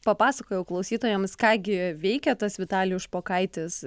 papasakojau klausytojams ką gi veikė tas vitalijus špokaitis